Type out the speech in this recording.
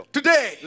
Today